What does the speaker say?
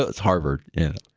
that's harvard, yeah